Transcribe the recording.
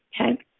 okay